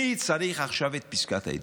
מי צריך עכשיו את פסקת ההתגברות?